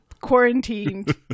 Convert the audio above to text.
quarantined